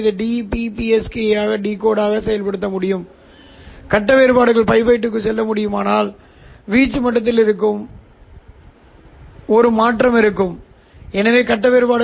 இவை இரண்டு புகைப்பட நீரோட்டங்கள் நான் வைக்கக்கூடியது ஒரு ஒப் ஆம்ப் மற்றும் கழிப்பாளராக இருக்கலாம் உடல் ரீதியாக நான் அவற்றைக் கழிப்பேன் எனவே இந்த Es போய்விடும் Pr போய்விடும் அதே போல் இந்த PLO